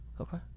Okay